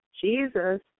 Jesus